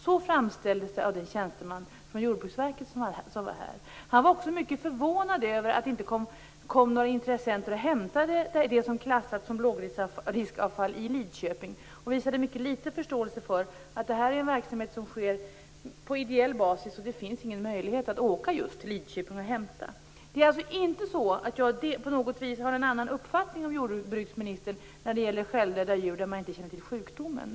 Så framställdes det av den tjänsteman från Jordbruksverket som var här. Han var också mycket förvånad över att det inte kom några intressenter och hämtade det som klassats som lågriskavfall i Lidköping och visade mycket liten förståelse för att det här är en verksamhet som bedrivs på ideell basis. Det finns ingen möjlighet att åka just till Lidköping och hämta. Det är alltså inte så att jag på något vis har en annan uppfattning än jordbruksministern när det gäller självdöda djur där man inte känner till sjukdomen.